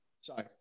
Sorry